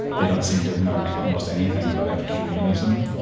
they don't seem to have known almost anything about epicureanism,